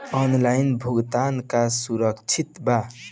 Online भुगतान का सुरक्षित बा?